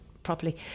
properly